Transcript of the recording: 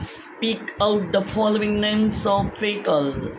speak out the following names of vehicle